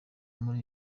muri